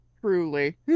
Truly